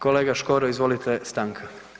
Kolega Škoro izvolite stanka.